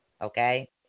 Okay